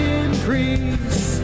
increase